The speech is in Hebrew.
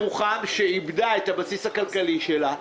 שאיבדה את הבסיס הכלכלי שלה,